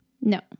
No